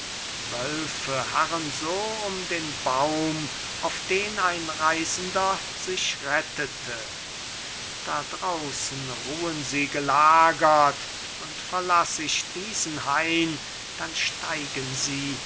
wölfe harren so um den baum auf den ein reisender sich rettete da draußen ruhen sie gelagert und verlass ich diesen hain dann steigen sie